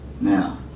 Now